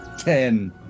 Ten